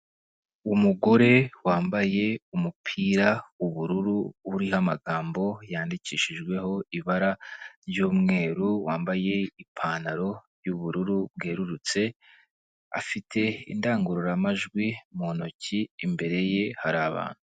Umugore wambaye umupira w'ubururu uriho amagambo yandikishijweho ibara ry'umweru wambaye ipantaro y'ubururu bwerurutse afite indangururamajwi mu ntoki imbere ye hari abantu.